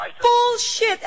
bullshit